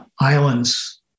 islands